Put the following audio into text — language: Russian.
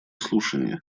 слушания